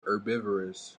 herbivorous